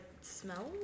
smell